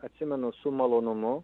atsimenu su malonumu